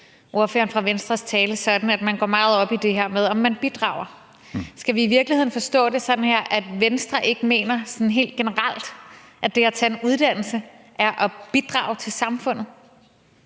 ordføreren for Venstres tale sådan, at man går meget op i det her med, om man bidrager. Skal vi i virkeligheden forstå det sådan, at Venstre ikke mener sådan helt generelt, at det at tage en uddannelse er at bidrage til samfundet?